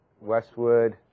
Westwood